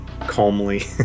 calmly